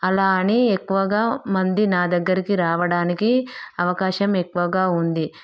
అలా అని ఎక్కువ మంది నా దగ్గరకి రావడానికి అవకాశం ఎక్కువగా ఉంది